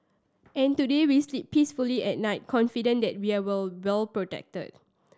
and today we sleep peacefully at night confident that we are well protected